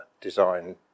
design